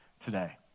today